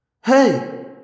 Hey